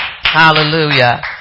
Hallelujah